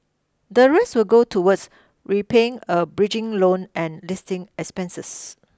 the rest will go towards repaying a bridging loan and listing expenses